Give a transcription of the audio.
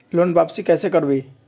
Loan वापसी कैसे करबी?